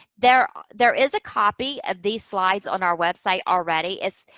there ah there is a copy of these slides on our website already. it's,